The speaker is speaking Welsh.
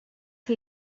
chi